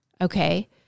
Okay